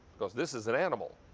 because this is an animal.